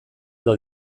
edo